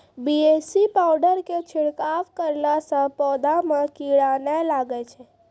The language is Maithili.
बी.ए.सी पाउडर के छिड़काव करला से पौधा मे कीड़ा नैय लागै छै?